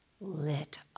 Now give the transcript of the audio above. lit